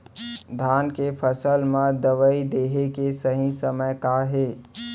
धान के फसल मा दवई देहे के सही समय का हे?